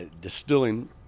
distilling